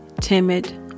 timid